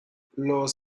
los